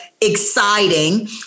exciting